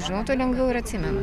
žinau tuo lengviau ir atsimena